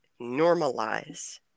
normalize